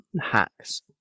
hacks